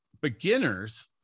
beginners